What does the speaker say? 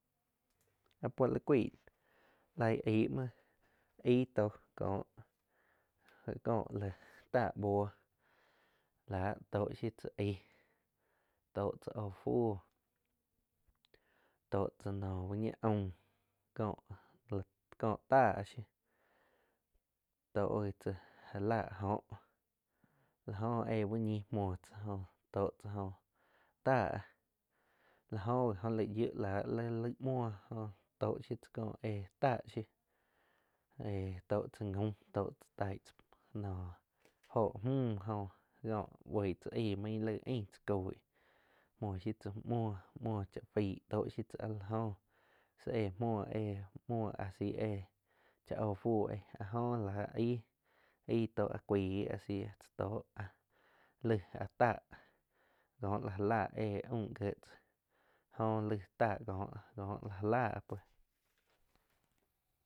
Áh puoh li cuaig laig aig muoh aíh tóh kóh, ko laig táh buoh láh to shiu tzá aig tóh tzá óho fuu tóh tzá noh uh ñi aum kóh táh shiuh tó gi tzáh ja láh joh la joh éh úh ñi muoh tzá joh tó cha joh táh la go ji oh laig yiuh la li laig muoh jóh toh shiu tzá kó éh táh shiuh éh toh tza gaum tóh tzá taig tza no óh mju ko boig tzá aig main lleig ain tzá coig muoh shiu tzá muoh, mhuo cha faig tóh shiu tzá áh la jóh si éh muoh asi éh cha óh fu éh áh jo la aig, aig tóh áh cuai áh tzá tóh áh laih áhh táh ko la já la eh aum gie tzá jo laig táh kóh-kóh la jáh lá pues.